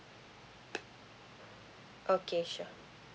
okay sure